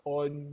on